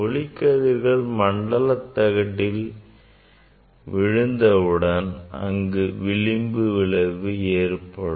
ஒளிக்கதிர்கள் மண்டலத்தில் விழுந்தவுடன் அங்கு விளிம்பு விளைவு ஏற்படும்